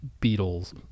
beatles